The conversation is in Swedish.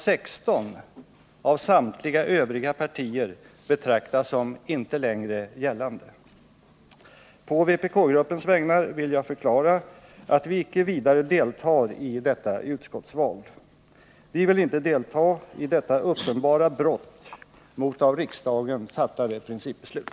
16 av samtliga övriga partier betraktas som inte längre gällande. På vpk-gruppens vägnar vill jag förklara att vi icke vidare deltar i detta utskottsval. Vi vill inte delta i detta uppenbara brott mot av riksdagen fattade principbeslut.